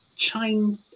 chain